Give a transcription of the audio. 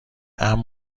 امر